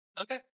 Okay